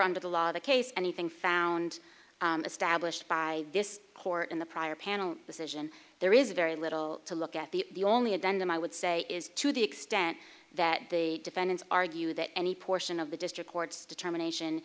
under the law the case anything found established by this court in the prior panel decision there is very little to look at the only a done them i would say is to the extent that the defendants argue that any portion of the district court's determination